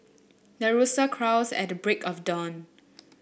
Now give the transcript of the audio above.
the rooster crows at the break of dawn